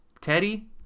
Teddy